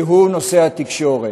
נושא התקשורת.